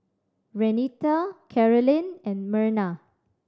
Renita Karolyn and Merna